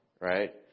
right